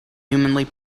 humanly